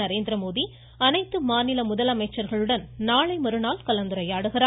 நரேந்திரமோடி அனைத்து மாநில முதலமைச்சர்களுடன் நாளை மறுநாள் கலந்துரையாடுகிறார்